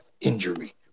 injury